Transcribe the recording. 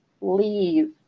leave